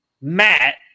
Matt